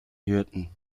hirten